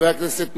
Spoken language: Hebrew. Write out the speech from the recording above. חבר הכנסת מולה.